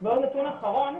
ועוד נתון אחרון,